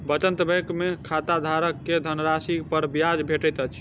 बचत बैंक में खाताधारक के धनराशि पर ब्याज भेटैत अछि